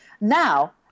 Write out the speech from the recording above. now